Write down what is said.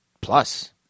Plus